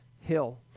Hill